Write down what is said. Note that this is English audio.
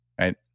Right